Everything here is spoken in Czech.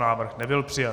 Návrh nebyl přijat.